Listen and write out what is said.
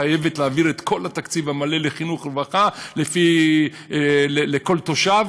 חייבת להעביר את התקציב המלא לחינוך ולרווחה לכל תושב,